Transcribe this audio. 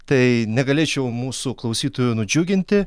tai negalėčiau mūsų klausytojų nudžiuginti